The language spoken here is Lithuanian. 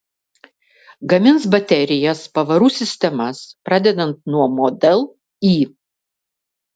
gamins baterijas pavarų sistemas pradedant nuo model y